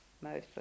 mostly